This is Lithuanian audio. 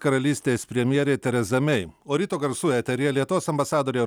karalystės premjerė tereza mei o ryto garsų eteryje lietuvos ambasadorė